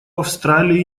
австралии